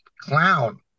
clown